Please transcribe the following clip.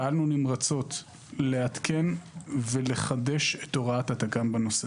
פעלנו נמרצות לעדכן ולחדש את הוראת התכ"מ בנושא.